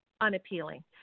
unappealing